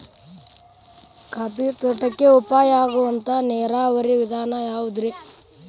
Coffee ತೋಟಕ್ಕ ಉಪಾಯ ಆಗುವಂತ ನೇರಾವರಿ ವಿಧಾನ ಯಾವುದ್ರೇ?